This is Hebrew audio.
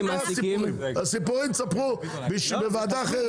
את הסיפורים תספרו בוועדה אחרת.